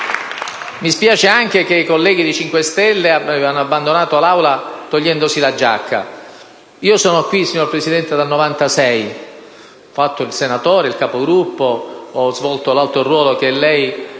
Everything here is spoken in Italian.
Mi spiace poi che i colleghi del Movimento 5 Stelle abbiano abbandonato l'Aula togliendosi la giacca. Io sono in Senato, signor Presidente, dal 1996: ho fatto il senatore, il Capogruppo e ho svolto l'alto ruolo che lei sta